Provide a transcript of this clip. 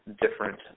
different